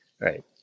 right